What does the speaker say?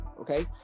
okay